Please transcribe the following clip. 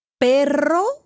Perro